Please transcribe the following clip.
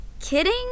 kidding